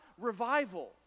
revival